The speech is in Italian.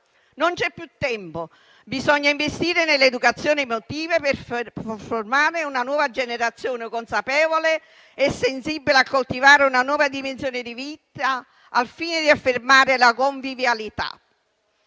Non c'è più tempo, bisogna investire nell'educazione emotiva per formare una nuova generazione consapevole e sensibile per coltivare una nuova dimensione di vita, al fine di affermare la convivialità.